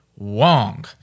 Wong